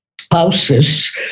spouses